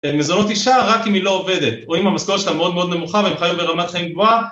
מזונות אישה רק אם היא לא עובדת, או אם המשכורת שלה מאוד מאוד נמוכה והם חייו ברמת חיים גבוהה